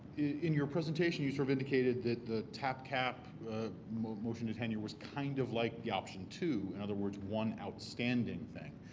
in your presentation you sort of indicated that the tap cap motion to tenure was kind of like the option two. in other words one outstanding thing.